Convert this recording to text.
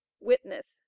WITNESS